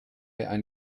ein